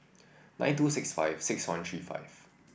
nine two six five six one three five